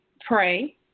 Pray